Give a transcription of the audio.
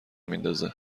میندازه